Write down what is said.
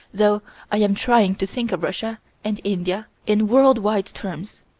though i am trying to think of russia and india in world-wide terms,